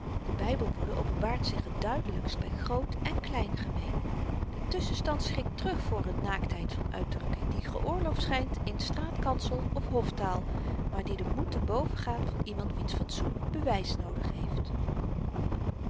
de bybelwoede openbaart zich t duidelykst by groot en klein gemeen de tusschenstand schrikt terug voor n naaktheid van uitdrukking die geoorloofd schynt in straatkansel of hoftaal maar die den moed te bovengaat van iemand wiens fatsoen bewys noodig heeft